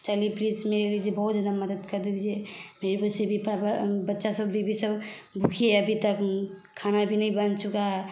चलिए प्लीज़ मेरे लिए बहुत मदद कर दीजिए मेरे वैसे भी पापा बच्चा सब बीवी सब दुखी हैं अभी तक खाना भी नहीं बन चूका